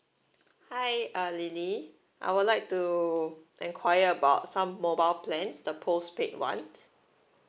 hi uh lily I would like to inquire about some mobile plans the postpaid ones